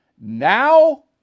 Now